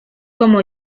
como